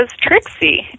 Trixie